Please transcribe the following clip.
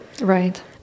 Right